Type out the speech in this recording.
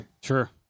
Sure